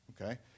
okay